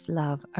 love